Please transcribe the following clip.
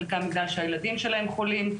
חלקם בגלל שהילדים שלהם חולים,